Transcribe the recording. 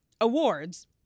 awards